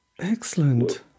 Excellent